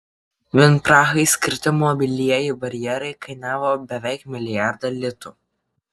vien prahai skirti mobilieji barjerai kainavo beveik milijardą litų